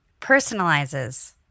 personalizes